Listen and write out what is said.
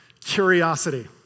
curiosity